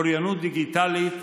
אוריינות דיגיטלית,